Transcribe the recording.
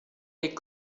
les